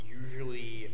usually